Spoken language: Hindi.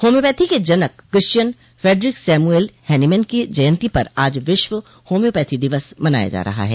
होम्योपथी के जजक क्रिश्चियन फ्रैडरिक सैमुएल हैनोमन की जयंती पर आज विश्व होम्योपैथी दिवस मनाया जा रहा है